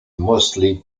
mostly